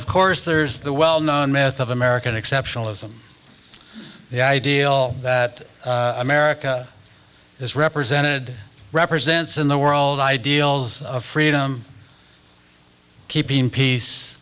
of course there's the well known myth of american exceptionalism the ideal that america is represented represents in the world ideals of freedom keeping peace